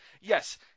Yes